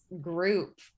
group